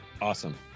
Awesome